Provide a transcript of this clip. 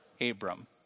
Abram